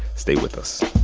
stay with us